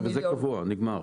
זה קבוע, נגמר.